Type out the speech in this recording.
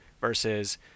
versus